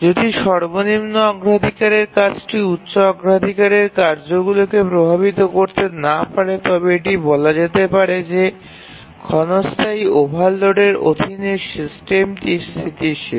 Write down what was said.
যদি সর্বনিম্ন অগ্রাধিকারের কাজটি উচ্চ অগ্রাধিকারের কার্যগুলিকে প্রভাবিত করতে না পারে তবে এটি বলা যেতে পারে যে ক্ষণস্থায়ী ওভারলোডের অধীনে সিস্টেমটি স্থিতিশীল